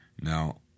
Now